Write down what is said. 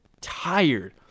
tired